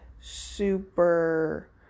super